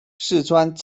四川